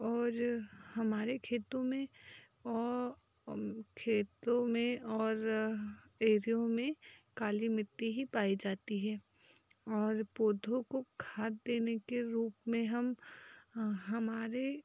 और हमारे खेतों में ओ खेतों में और एरियों में काली मिट्टी ही पाई जाती है और पौधों को खाद देने के रूप में हम हमारे